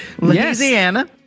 Louisiana